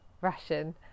ration